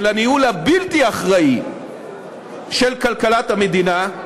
של הניהול הבלתי-אחראי של כלכלת המדינה,